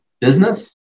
business